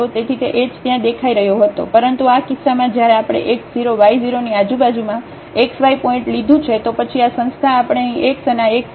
તેથી તે h ત્યાં દેખાઈ રહ્યો હતો પરંતુ આ કિસ્સામાં જ્યારે આપણે x 0 y 0 ની આજુબાજુમાં xy પોઇન્ટ લીધું છે તો પછી આ સંસ્થા આપણે અહીં x અને આ x 0